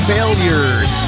Failures